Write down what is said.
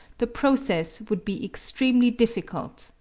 the process would be extremely difficult,